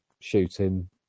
shooting